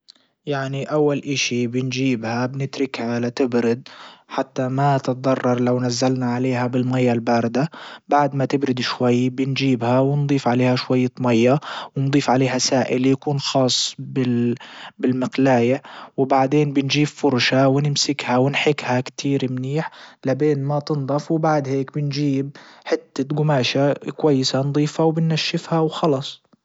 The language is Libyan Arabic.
يعني اول اشي بنجيبها بنتركها لتبرد حتى ما تتضرر لو نزلنا عليها بالمية الباردة. بعد ما تبرد شوي بنجيبها ونضيف عليها شوية مية ونضيف عليها سائل يكون خاص بالمقلاية وبعدين بنجيب فرشاة ونمسك ونحكها كتير منيح لبين ما تنضف وبعد هيك بنجيب حتة قماشة كويسة نضيفة وبنشفها وخلص.